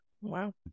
Wow